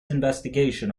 investigation